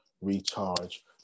recharge